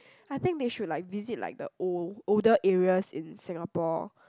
I think they should like visit like the old older areas in Singapore